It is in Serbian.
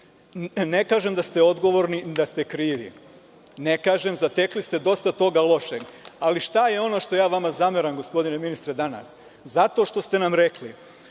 kažem da ste odgovorni, da ste krivi. Ne kažem, zatekli ste dosta toga lošeg, ali šta je ono što ja vama zameram gospodine ministre danas? Zato što ste nam rekli